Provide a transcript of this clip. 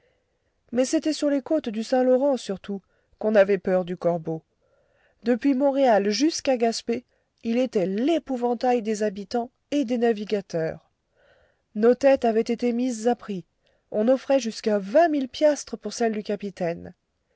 mais c'était sur les côtes du saint-laurent surtout qu'on avait peur du corbeau depuis montréal jusqu'à gaspé il était l'épouvantail des habitants et des navigateurs nos têtes avaient été mises à prix on offrait jusqu'à vingt mille piastres pour celle du capitaine